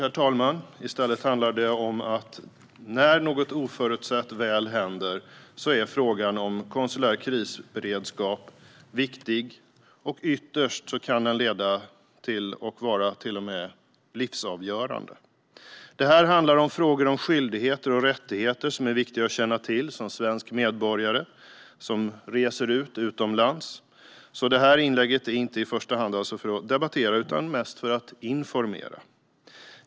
I stället handlar det om att när något oförutsett väl händer är frågan om konsulär krisberedskap viktig. Ytterst kan den till och med vara livsavgörande. Det handlar om frågor om skyldigheter och rättigheter som är viktiga att känna till för en svensk medborgare som reser utomlands. Det här inlägget gör jag inte för att i första hand debattera utan mest för att informera.